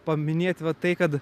paminėti va tai kad